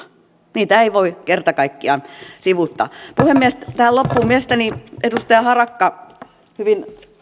niitä ei voi kerta kaikkiaan sivuuttaa puhemies tähän loppuun mielestäni edustaja harakka hyvin